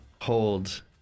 hold